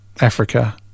africa